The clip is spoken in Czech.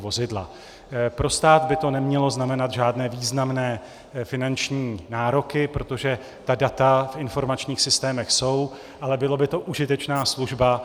Pro stát by to nemělo znamenat žádné významné finanční nároky, protože ta data v informačních systémech jsou, ale byla by to užitečná služba.